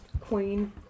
Queen